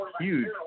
huge